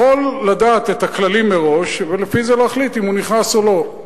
יכול לדעת את הכללים מראש ולפי זה להחליט אם הוא נכנס או לא,